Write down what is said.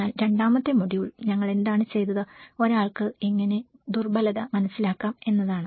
എന്നാൽ രണ്ടാമത്തെ മൊഡ്യൂൾ ഞങ്ങൾ എന്താണ് ചെയ്തത് ഒരാൾക്ക് എങ്ങനെ ദുർബലത മനസ്സിലാക്കാം എന്നതാണ്